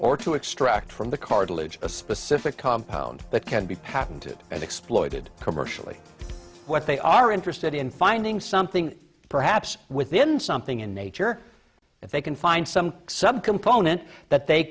or to extract from the cartilage a specific compound that can be patented and exploited commercially what they are interested in finding something perhaps within something in nature if they can find some subcomponent that they